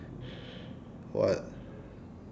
what